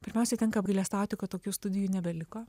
pirmiausia tenka apgailestauti kad tokių studijų nebeliko